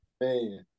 man